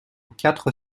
quatre